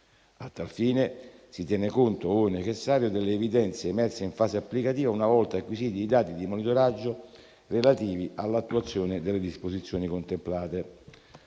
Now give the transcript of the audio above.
A tal fine si tiene conto, ove necessario, delle evidenze emerse in fase applicativa una volta acquisiti i dati di monitoraggio relativi all'attuazione delle disposizioni contemplate.